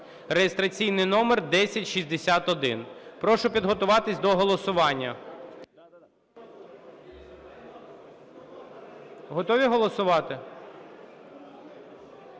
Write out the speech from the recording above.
(реєстраційний номер 1061). Прошу підготуватися до голосування. Готові голосувати?